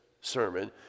sermon